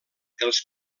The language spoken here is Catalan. els